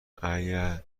اگه